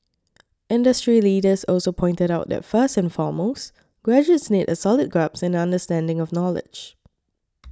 industry leaders also pointed out that first and foremost graduates need a solid grasp and understanding of knowledge